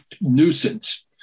nuisance